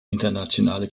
internationale